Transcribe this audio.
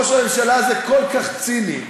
ראש הממשלה הזה כל כך ציני,